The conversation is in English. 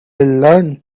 learn